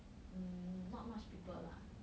mm not much people lah